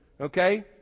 Okay